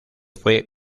fue